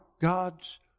God's